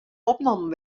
opnommen